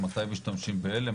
מתי משתמשים באלה,